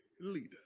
leader